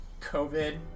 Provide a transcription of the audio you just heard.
COVID